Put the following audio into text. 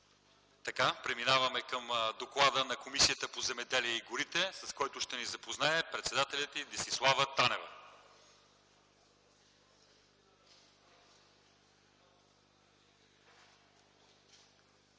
Преминаваме към доклада на Комисията по земеделието и горите, с който ще ни запознае председателят й Десислава Танева.